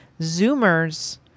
Zoomers